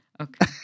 Okay